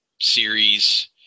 series